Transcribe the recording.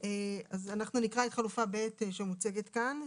אנחנו נקרא את חלופה ב' שמוצגת כאן,